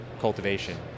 cultivation